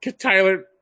Tyler